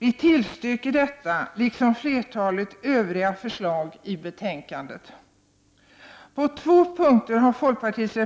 Vi tillstyrker detta, liksom flertalet övriga förslag i betänkandet. Den första punkten återfinns